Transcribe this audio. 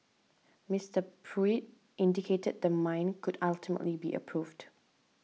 Mister Pruitt indicated the mine could ultimately be approved